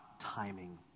timing